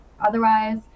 Otherwise